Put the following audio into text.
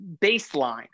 baseline